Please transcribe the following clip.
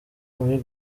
muri